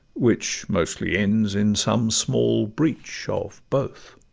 which mostly ends in some small breach of both.